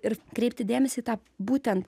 ir kreipti dėmesį į tą būtent